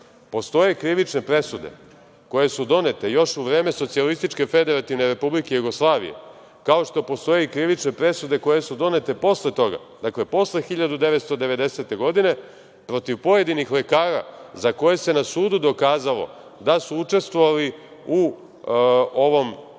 Postoje krivične presude koje su donete još u vreme SFRJ, kao što postoje i krivične presude koje su donete posle toga, dakle, posle 1990. godine, protiv pojedinih lekara za koje se na sudu dokazalo da su učestvovali u ovom